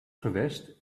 gewest